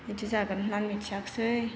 बेदि जागोन होननानै मिथियाखिसै